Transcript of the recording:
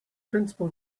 principal